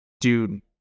dude